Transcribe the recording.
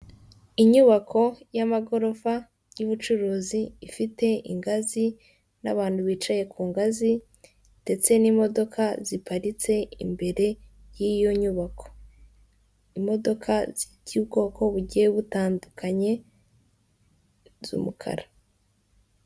Inyubako y'amagorofa y'ubucuruzi ifite ingazi n'abantu bicaye ku ngazi ndetse n'imodoka ziparitse imbere y'iyo nyubako imodoka z'ubwoko bugiye butandukanye z'umukara .